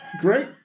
Great